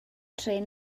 trên